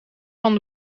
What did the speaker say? van